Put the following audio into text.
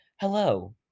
hello